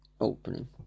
opening